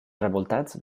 revoltats